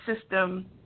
system